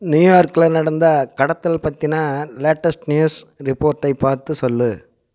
நியார்க்கில் நடந்த கடத்தல் பற்றின லேட்டஸ்ட் நியூஸ் ரிப்போர்ட்டை பார்த்து சொல்